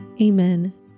Amen